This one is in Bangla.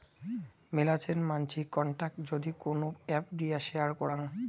মেলাছেন মানসি কন্টাক্ট যদি কোন এপ্ দিয়ে শেয়ার করাং